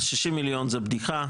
60 מיליון זו בדיחה,